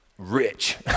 Rich